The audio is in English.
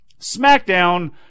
SmackDown